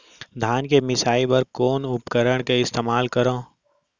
धान के मिसाई बर कोन उपकरण के इस्तेमाल करहव?